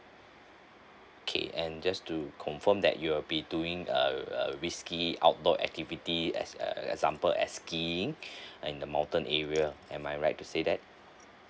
okay and just to confirm that you will be doing a err risky outdoor activity as uh example as skiing and the mountain area am I right to say that